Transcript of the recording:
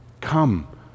Come